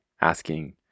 asking